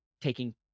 taking